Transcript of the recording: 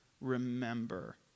Remember